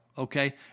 Okay